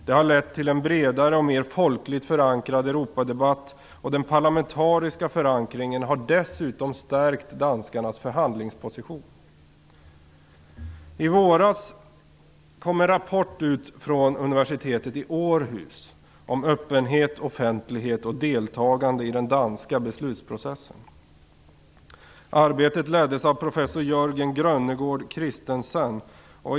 Det har lett till en bredare och mer folkligt förankrad Europadebatt. Den parlamentariska förankringen har dessutom stärkt danskarnas förhandlingsposition. I våras kom en rapport från Universitetet i Århus om öppenhet, offentlighet och deltagande i den danska EU-beslutsprocessen. Arbetet leddes av professor Jørgen Grønnegaard Christensen.